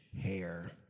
hair